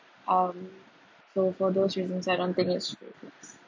um so for those reasons I don't think it's frivolous